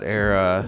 era